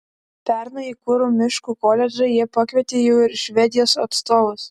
pernai į kuru miškų koledžą jie pakvietė jau ir švedijos atstovus